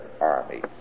armies